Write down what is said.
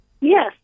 Yes